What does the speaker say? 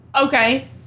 Okay